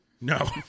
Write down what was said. No